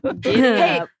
Hey